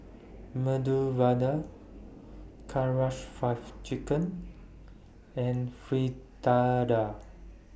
Medu Vada Karaage five Chicken and Fritada